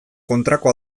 kontrako